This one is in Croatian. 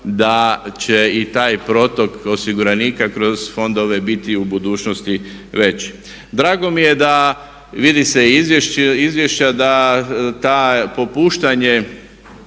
da će i taj protok osiguranika kroz fondove biti u budućnosti veći. Drago mi je da vidi se iz izvješća da to popuštanje